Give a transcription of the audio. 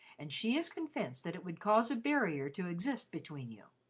and she is convinced that it would cause a barrier to exist between you.